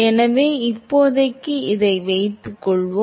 எனவே இப்போதைக்கு வைத்துக்கொள்வோம்